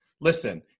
listen